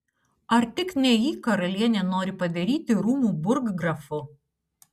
ar tik ne jį karalienė nori padaryti rūmų burggrafu